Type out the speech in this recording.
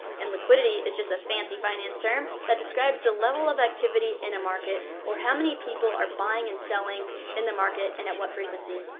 and liquidity is just a fancy finance term that describes the level of activity in a market, or how many people are buying and selling in the market and at what frequency.